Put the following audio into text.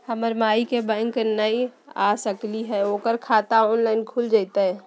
हमर माई बैंक नई आ सकली हई, ओकर खाता ऑनलाइन खुल जयतई?